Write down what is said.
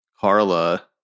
carla